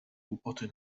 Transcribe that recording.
głupoty